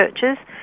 churches